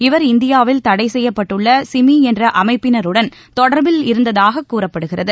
இவர் இந்தியாவில் தடை செய்யப்பட்டுள்ள சிமி என்ற அமைப்பினருடன் தொடர்பு கொண்டிருந்ததாகவும் கூறப்படுகிறது